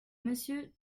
monsieur